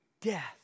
Death